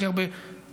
הכי הרבה יתרונות.